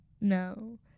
no